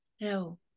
No